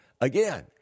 again